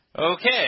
okay